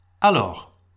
Alors